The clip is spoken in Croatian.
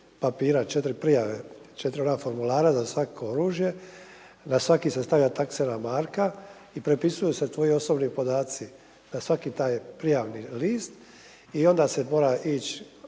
papira, 4 prijave, 4 ona formulara za svako oružje, na svaki se stavlja taksena marka i prepisuju se tvoji osobni podaci na svaki taj prijavni list i onda se mora ići